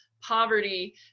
poverty